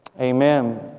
Amen